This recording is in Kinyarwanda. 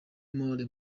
moore